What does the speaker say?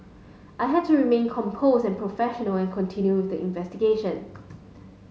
I had to remain composed and professional and continue with the investigation